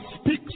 speaks